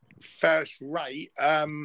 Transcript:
first-rate